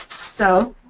so